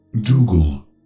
Dougal